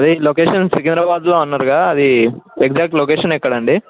అది లొకేషన్ సికింద్రాబాద్లో అన్నారుగా అది ఎగ్జాక్ట్ లొకేషన్ ఎక్కడండి